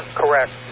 correct